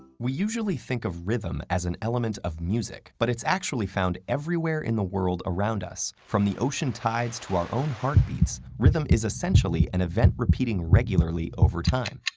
we usually think of rhythm as an element of music, but it's actually found everywhere in the world around us, from the ocean tides to our own heartbeats, rhythm is essentially an event repeating regularly over time.